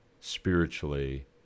spiritually